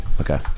Okay